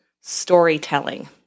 storytelling